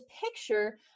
picture